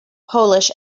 polish